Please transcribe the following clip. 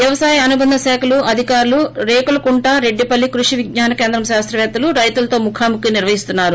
వ్యవసాయ అనుబంధ శాఖల అధికారులు రేకులకుంట రెడ్డిపల్లి కృషి విజ్ఞాన కేంద్రం శాస్తపేత్తలు రైతులతో ముఖాముఖి నిర్వహిస్తున్నారు